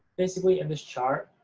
basically, in this chart,